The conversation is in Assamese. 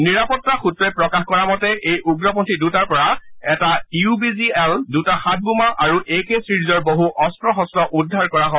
নিৰাপত্তা সূত্ৰই প্ৰকাশ কৰা মতে এই উগ্ৰপন্থী দুটাৰ পৰা এটা ইউ বি জি এল দুটা হাতবোমা আৰু এ কে চিৰিজৰ বহু অস্ত্ৰ শস্ত্ৰ উদ্ধাৰ কৰা হয়